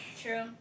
True